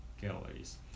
galleries